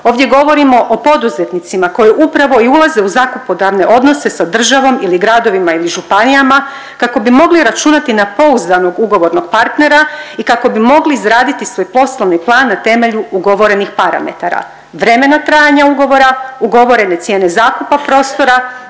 Ovdje govorimo o poduzetnicima koji upravo i ulaze u zakupodavne odnose sa državom ili gradovima ili županijama kako bi mogli računati na pouzdanog ugovornog partnera i kako bi mogli izraditi svoj poslovni plan na temelju ugovorenih parametara, vremena trajanja ugovora, ugovorene cijene zakupa prostora,